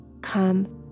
come